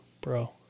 bro